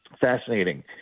fascinating